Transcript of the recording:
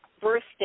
birthday